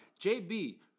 JB